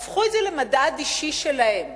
הפכו את זה למדד אישי שלהם.